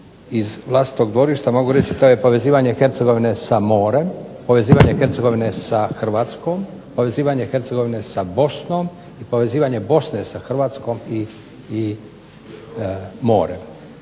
iz vlastitog dvorišta mogu reći to je povezivanje Hercegovine sa morem, povezivanje Hercegovine sa Hrvatskom, povezivanje Hercegovine sa Bosnom, povezivanje Bosne sa Hrvatskom i morem.